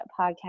podcast